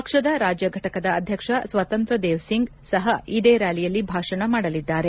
ಪಕ್ಷದ ರಾಜ್ಯ ಘಟಕದ ಅಧ್ವಕ್ಷ ಸ್ವತಂತ್ರ ದೇವ್ಸಿಂಗ್ ಸಪ ಇದೇ ರ್ಕಾಲಿಯಲ್ಲಿ ಭಾಷಣ ಮಾಡಲಿದ್ದಾರೆ